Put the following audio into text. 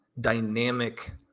dynamic